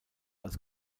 als